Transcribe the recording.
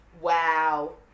Wow